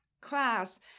class